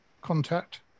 contact